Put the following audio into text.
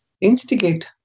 instigate